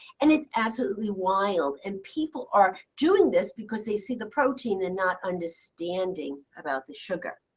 and it's absolutely wild. and people are doing this because they see the protein and not understanding about the sugar.